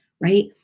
right